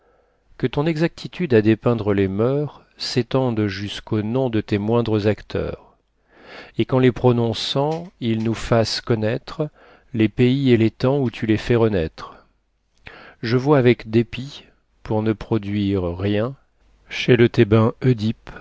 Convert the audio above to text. que ton exactitude à dépeindre les moeurs s'étende jusqu'aux noms de tes moindres acteurs et qu'en les prononçant ils nous fassent connaître les pays et les temps où tu les fais renaître je vois avec dépit pour ne produire rien chez le